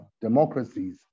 democracies